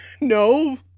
No